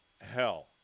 hell